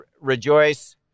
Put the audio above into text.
Rejoice